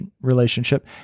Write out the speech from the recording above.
relationship